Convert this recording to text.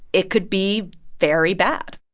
it could be very bad.